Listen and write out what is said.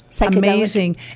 amazing